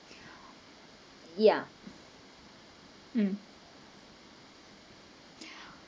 yeah mm